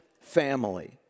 family